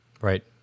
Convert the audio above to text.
Right